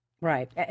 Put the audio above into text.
Right